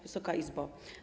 Wysoka Izbo!